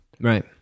Right